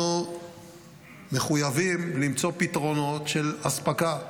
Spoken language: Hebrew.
אנחנו מחויבים למצוא פתרונות של אספקה,